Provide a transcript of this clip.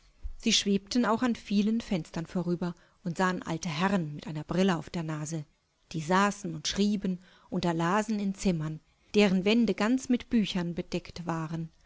sie schwebten auch an vielen fenstern vorüber und sahen alte herren mit einer brille auf der nase die saßen und schrieben oder lasen in zimmern deren wände ganz mit büchern bedeckt waren